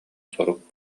сурук